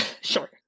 sure